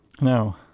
no